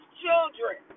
children